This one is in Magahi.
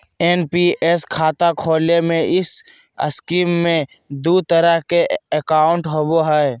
एन.पी.एस खाता खोले में इस स्कीम में दू तरह के अकाउंट होबो हइ